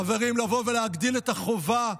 חברים, להגדיל את החובה?